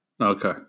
Okay